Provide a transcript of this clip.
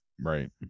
Right